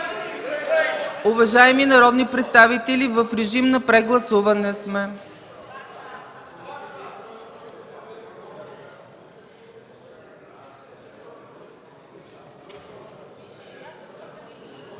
Уважаеми народни представители, в режим на прегласуване сме.